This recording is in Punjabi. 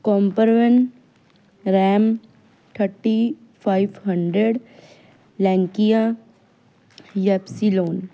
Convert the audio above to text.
ਕੋਮਪਰ ਵੈਨ ਰੈਮ ਥਰਟੀ ਫਾਈਵ ਹੰਡਰੰਡ ਲੈਂਕੀਆ ਯਪਸੀਲੋਨ